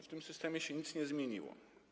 W tym systemie nic się nie zmieniło.